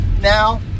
Now